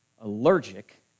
allergic